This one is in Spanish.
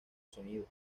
sonido